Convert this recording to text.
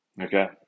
Okay